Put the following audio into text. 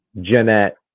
Jeanette